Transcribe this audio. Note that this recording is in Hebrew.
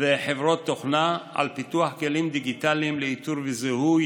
וחברות תוכנה על פיתוח כלים דיגיטליים לאיתור וזיהוי